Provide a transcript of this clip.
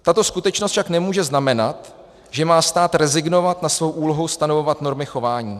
Tato skutečnost však nemůže znamenat, že má stát rezignovat na svou úlohu stanovovat normy chování.